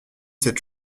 cette